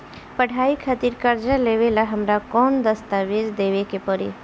पढ़ाई खातिर कर्जा लेवेला हमरा कौन दस्तावेज़ देवे के पड़ी?